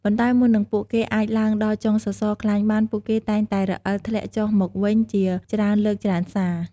ប៉ុន្តែមុននឹងពួកគេអាចឡើងដល់ចុងសសរខ្លាញ់បាន ពួកគេតែងតែរអិលធ្លាក់ចុះមកវិញជាច្រើនលើកច្រើនសារ។